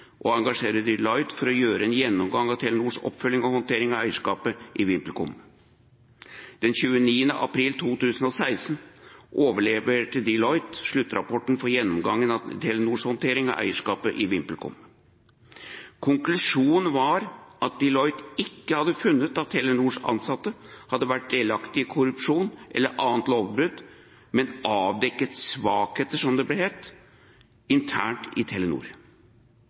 å engasjere Deloitte for å gjøre en gjennomgang av Telenors oppfølging og håndtering av eierskapet i VimpelCom. Den 29. april 2016 overleverte Deloitte sluttrapporten for gjennomgangen av Telenors håndtering av eierskapet i VimpelCom. Konklusjonen var at Deloitte ikke hadde funnet at Telenors ansatte hadde vært delaktige i korrupsjon eller andre lovbrudd, men avdekket svakheter internt i Telenor,